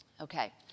Okay